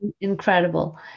Incredible